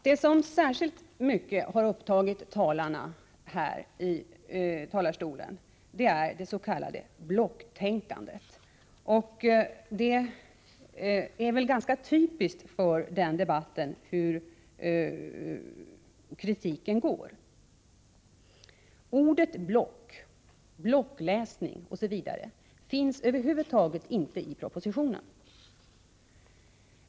Det som särskilt mycket har upptagit dem som varit uppe i talarstolen är dets.k. blocktänkandet. Det är ganska typiskt för debatten hur den kritiken är utformad. Orden ”block”, ”blockläsning” etc. finns över huvud taget inte i propositionen.